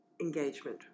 engagement